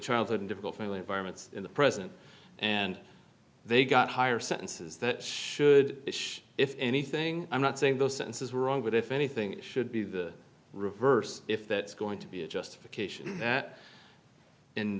childhood in difficult family environments in the present and they got higher sentences that should if anything i'm not saying those sentences were wrong but if anything it should be the reverse if that's going to be a justification that in